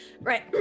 Right